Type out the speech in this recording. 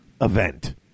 event